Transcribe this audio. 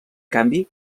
canvi